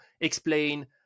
explain